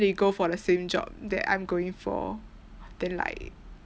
they go for the same job that I'm going for then like